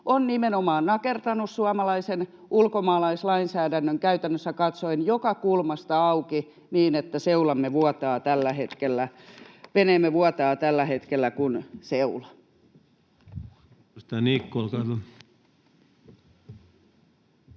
on nimenomaan nakertanut suomalaisen ulkomaalaislainsäädännön käytännössä katsoen joka kulmasta auki niin, että veneemme vuotaa tällä hetkellä kuin seula.